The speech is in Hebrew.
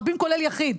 רבים כולל יחיד.